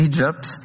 Egypt